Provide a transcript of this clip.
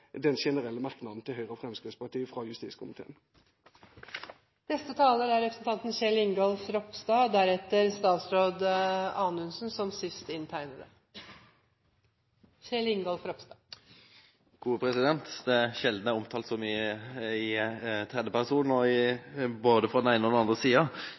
den generelle merknaden til Høyre og Fremskrittspartiet fra justiskomiteen. Det er sjelden jeg er blitt omtalt så mye i tredje person som nå – fra både den ene og den andre sida.